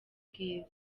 bwiza